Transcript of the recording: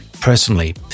personally